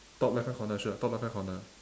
top left hand corner sure top left hand corner